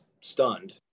stunned